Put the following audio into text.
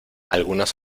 algunas